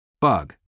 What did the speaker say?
bug